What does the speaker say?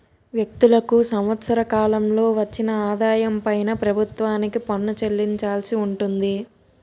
వ్యక్తులకు సంవత్సర కాలంలో వచ్చిన ఆదాయం పైన ప్రభుత్వానికి పన్ను చెల్లించాల్సి ఉంటుంది